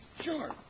Sure